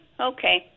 okay